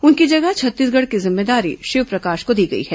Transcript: उनकी जगह छत्तीसगढ़ की जिम्मेदारी शिव प्रकाश को दी गई है